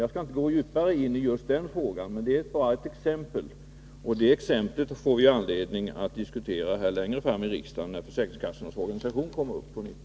Jag skall inte gå djupare in på just den frågan, men det är ett bra exempel, och det exemplet får vi anledning att diskutera här i riksdagen längre fram, när frågan om försäkringskassornas organisation kommer upp på nytt.